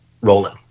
rolling